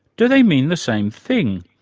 do they mean the same thing?